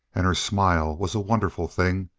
and her smile was a wonderful thing,